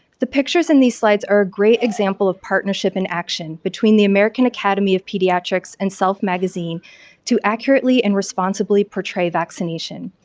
the pictures in these slides are a great example of partnership in action between the american academy of pediatrics and self magazine to accurately and responsibly portray vaccination.